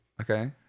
Okay